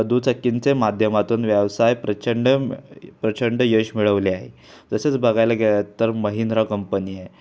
दुचाकींचे माध्यमातून व्यावसाय प्रचंड प्रचंड यश मिळवले आहे तसेच बघायला गेलात तर महिंद्रा कंपनी आहे